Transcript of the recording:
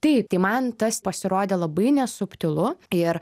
taip tai man tas pasirodė labai nesubtilu ir